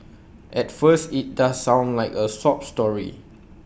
at first IT does sound like A sob story